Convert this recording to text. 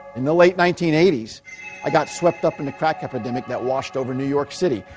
in the late nineteen eighty s i got swept up in the crack epidemic that washed over new york city.